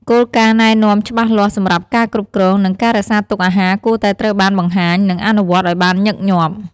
គោលការណ៍ណែនាំច្បាស់លាស់សម្រាប់ការគ្រប់គ្រង និងការរក្សាទុកអាហារគួរតែត្រូវបានបង្ហាញ និងអនុវត្តឲ្យបានញឹកញាប់។